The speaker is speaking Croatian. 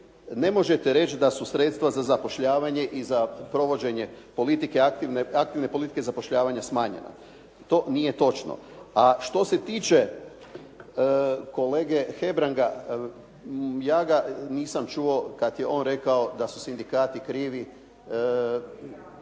ne možete reći da su sredstva za zapošljavanje i provođenje politike, aktivne politike zapošljavanja smanjena. To nije točno. A što se tiče kolege Hebranga, ja ga nisam čuo kada je on rekao da su sindikati krivi,